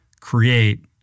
create